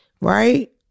right